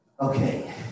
Okay